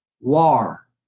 war